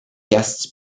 guests